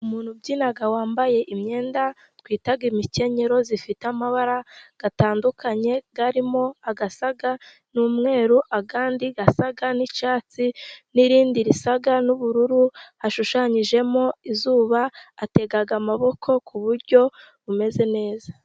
Umuntu ubyina wambaye imyenda twita imikenyero. Ifite amabara atandukanye, harimo asa n'mweru, andi asa n'icyatsi, n'irindi risa n'ubururu. Hashushanyijemo izuba, atega amaboko ku buryo bumeze neza.